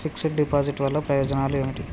Fix డ్ deposit వల్ల ప్రయోజనాలు ఏమిటి?